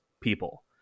people